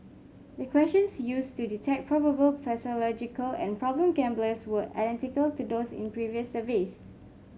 the questions used to detect probable pathological and problem gamblers were identical to those in previous surveys